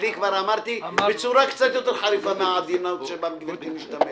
כבר אמרתי בצורה קצת יותר חריפה מהעדינות שבה גברתי משתמשת.